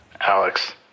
Alex